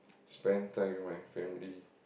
spend time with my family